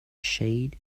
shade